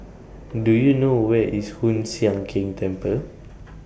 Do YOU know Where IS Hoon Sian Keng Temple